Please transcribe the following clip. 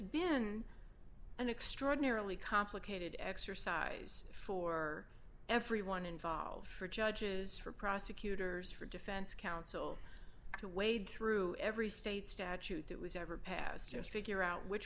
been an extraordinarily complicated exercise for everyone involved for judges for prosecutors for defense counsel to wade through every state statute that was ever passed just figure out which